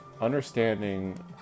understanding